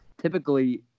typically